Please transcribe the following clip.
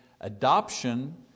adoption